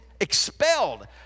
expelled